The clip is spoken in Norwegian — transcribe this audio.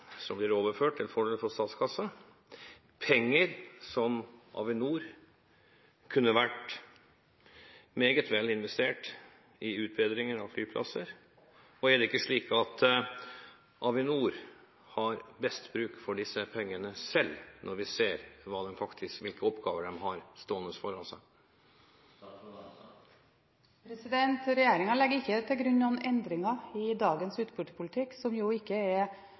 som blir overført til fordel for statskassa – penger som Avinor meget vel kunne ha investert i utbedringer av flyplasser? Og er det ikke slik at Avinor har best bruk for disse pengene selv, når vi ser hvilke oppgaver de faktisk har stående foran seg? Regjeringen legger ikke til grunn noen endringer i dagens utbyttepolitikk, som jo for så vidt ikke er